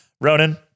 Ronan